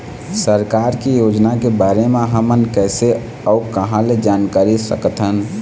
सरकार के योजना के बारे म हमन कैसे अऊ कहां ल जानकारी सकथन?